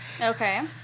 Okay